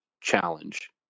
challenge